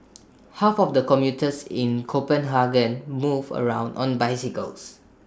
half of the commuters in Copenhagen move around on bicycles